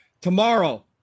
tomorrow